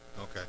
Okay